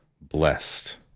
Blessed